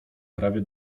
prawie